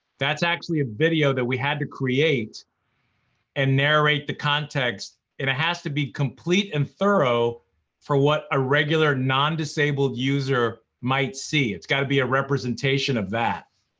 that's actually a video that we had to create and narrate the context, and it has to be complete and thorough for what a regular, non-disabled user might see. it's got to be a representation of that.